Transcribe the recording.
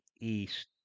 East